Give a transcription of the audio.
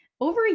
over